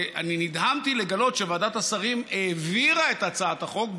ואני נדהמתי לגלות שוועדת השרים העבירה את הצעת החוק,